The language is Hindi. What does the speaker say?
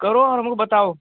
करो और हमको बताओ